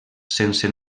sense